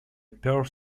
perth